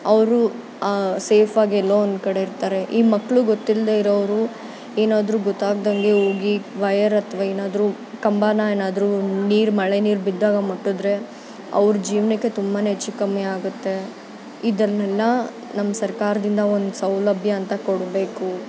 ಅವರು ಸೇಫಾಗಿ ಎಲ್ಲೋ ಒಂದುಕಡೆ ಇರ್ತಾರೆ ಈ ಮಕ್ಕಳು ಗೊತ್ತಿಲ್ಲದೇ ಇರೋವ್ರು ಏನಾದರೂ ಗೊತ್ತಾಗದಂಗೆ ಹೋಗಿ ವೈರ್ ಅಥವಾ ಏನಾದರೂ ಕಂಬನಾ ಏನಾದರೂ ನೀರು ಮಳೆ ನೀರು ಬಿದ್ದಾಗ ಮುಟ್ಟಿದ್ರೆ ಅವ್ರ ಜೀವನಕ್ಕೆ ತುಂಬ ಹೆಚ್ಚು ಕಮ್ಮಿಯಾಗುತ್ತೆ ಇದನ್ನೆಲ್ಲ ನಮ್ಮ ಸರ್ಕಾರದಿಂದ ಒಂದು ಸೌಲಭ್ಯ ಅಂತ ಕೊಡಬೇಕು